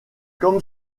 comme